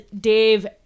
Dave